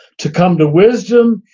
to come to wisdom,